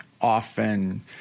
often